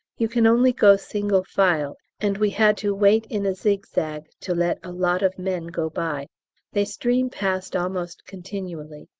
you can only go single file, and we had to wait in a zigzag to let a lot of men go by they stream past almost continually.